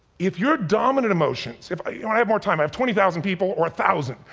if your dominant emotions, if i had more time, i have twenty thousand people or a thousand,